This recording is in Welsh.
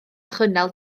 chynnal